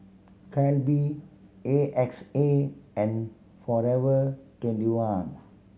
Calbee A X A and Forever Twenty one